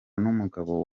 n’umugabo